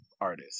artist